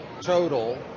total